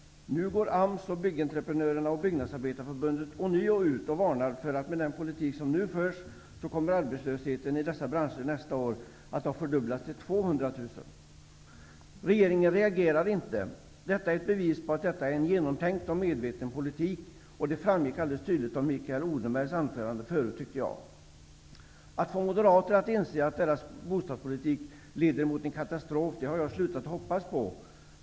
Nu går AMS, Byggnadsarbetareförbundet ånyo ut med varningar för att den politik som nu förs kommer att leda till att antalet arbetslösa i nämnda branscher nästa år fördubblas till 200 000. Regeringen reagerar inte. Detta är ett bevis på att det är en genomtänkt och medveten politik. Det framgick alldeles tydligt av Mikael Odenbergs anförande här. Möjligheten att få moderater att inse att deras bostadspolitik leder mot en katastrof har jag slutat hoppas på.